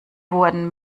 wurden